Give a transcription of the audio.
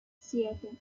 siete